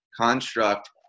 construct